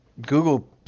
google